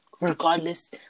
regardless